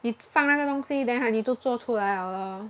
你放那个东西 then ah 你就做出来了 lor